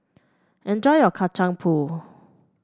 enjoy your Kacang Pool